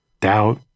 doubt